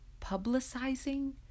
publicizing